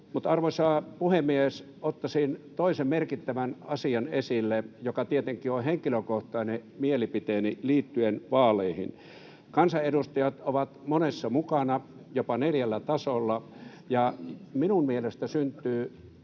Mutta, arvoisa puhemies, ottaisin esille toisen merkittävän asian, joka tietenkin on henkilökohtainen mielipiteeni, liittyen vaaleihin. Kansanedustajat ovat monessa mukana, jopa neljällä tasolla, ja minun mielestäni syntyy